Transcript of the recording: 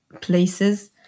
places